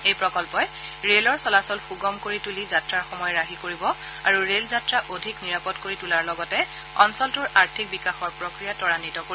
এই প্ৰকল্পই ৰেলৰ চলাচল সুগম কৰি তুলিব যাত্ৰাৰ সময় ৰাহি কৰিব আৰু যাত্ৰা অধিক নিৰাপদ কৰি তোলাৰ লগতে অঞ্চলটোৰ আৰ্থিক বিকাশৰ প্ৰক্ৰিয়া ত্বৰান্বিত কৰিব